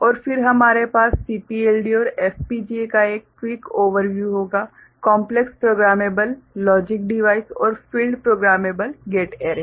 और फिर हमारे पास CPLD और FPGA का एक क्विक ओवरव्यू होगा कॉम्प्लेक्स प्रोग्रामेबल लॉजिक डिवाइस और फील्ड प्रोग्रामेबल गेट एरे